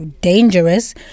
dangerous